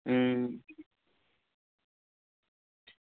अं